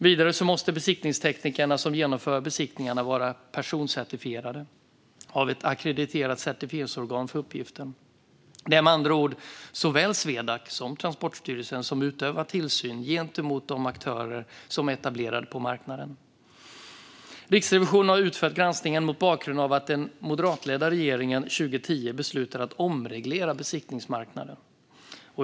Vidare måste besiktningsteknikerna som genomför besiktningarna vara personcertifierade av ett ackrediterat certifieringsorgan för uppgiften. Det är med andra ord såväl Swedac som Transportstyrelsen som utövar tillsyn gentemot de aktörer som är etablerade på marknaden. Riksrevisionen har utfört granskningen mot bakgrund av att den moderatledda regeringen 2010 beslutade att omreglera besiktningsmarknaden.